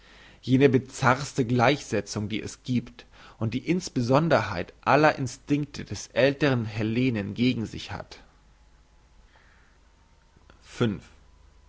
jene bizarrste gleichsetzung die es giebt und die in sonderheit alle instinkte des älteren hellenen gegen sich hat